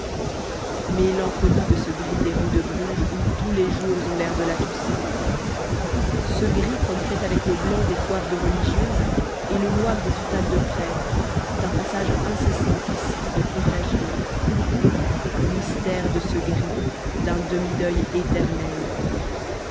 mélancolie de ce gris des rues de bruges où tous les jours ont l'air de la toussaint ce gris comme fait avec le blanc des coiffes de religieuses et le noir des soutanes de prêtres d'un passage incessant ici et contagieux mystère de ce gris d'un demi-deuil éternel